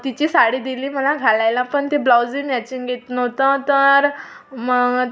तिची साडी दिली मला घालायला पण ते ब्लाऊज मॅचिंग येत नव्हतं तर म